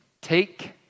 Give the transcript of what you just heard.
take